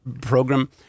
program